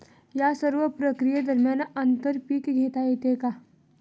या सर्व प्रक्रिये दरम्यान आंतर पीक घेता येते का?